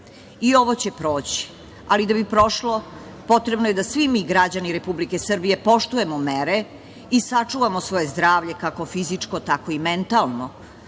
I ovo će proći, ali da bi prošlo potrebno je da svi mi građani Republike Srbije poštujemo mere i sačuvamo svoje zdravlje kako fizičko tako i mentalno,